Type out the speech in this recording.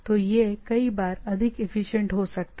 तो यह कई बार अधिक एफिशिएंट हो सकता है